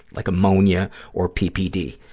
like ammonia or ppd.